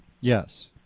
yes